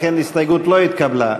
לכן ההסתייגות לא התקבלה.